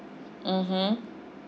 mmhmm